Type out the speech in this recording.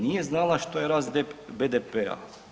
Nije znala što je rast BDP-a.